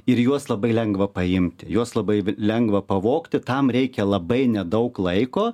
ir juos labai lengva paimti juos labai lengva pavogti tam reikia labai nedaug laiko